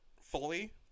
fully